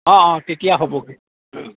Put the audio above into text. অঁ অঁ তেতিয়া হ'বগে